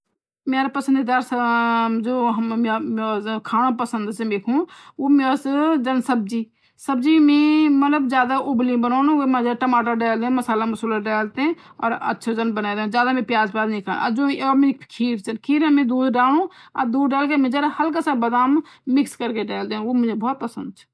मयारू पसंदीदा खानु ची जन खानु पसंद ची मयाकू जन सब्जी ,सब्जी में मतलब ज्यादा बनूडु जन टमाटर और मसाला मुसला दलिते ाछु जन बने देन्दु और यो जन मेरी खीर ची खीर माँ जनन दूध डालदू और हल्का सा बादाम मिक्स करके दाल दू वो मुझे बहुत पसंद ची